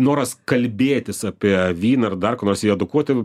noras kalbėtis apie vyną ir dar ką nors ir edukuoti